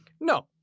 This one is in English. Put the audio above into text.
No